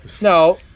No